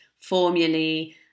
formulae